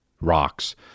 rocks